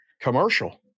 commercial